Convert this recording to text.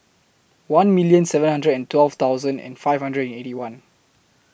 one million seven hundred and twelve thousand and five hundred and Eighty One